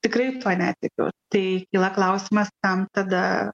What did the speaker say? tikrai tuo netikiu tai kyla klausimas kam tada